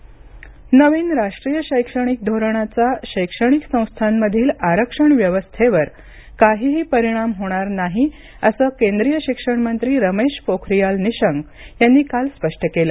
शिक्षण मंत्री नवीन राष्ट्रीय शिक्षण धोरणाचा शैक्षणिक संस्थांमधील आरक्षण व्यवस्थेवर काहीही परिणाम होणार नाही असं केंद्रिय शिक्षण मंत्री रमेश पोखरियाल निशंक यांनी काल स्पष्ट केलं